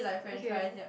okay